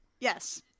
yes